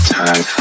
time